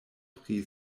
pri